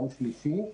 ביום שלישי,